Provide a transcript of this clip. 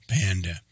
panda